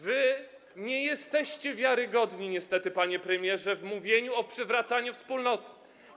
Wy nie jesteście wiarygodni, niestety, panie premierze, w mówieniu o przywracaniu wspólnoty.